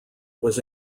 was